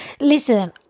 Listen